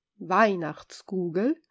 Weihnachtskugel